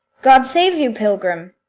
god save you, pilgrim!